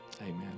amen